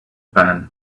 pan